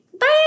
Bye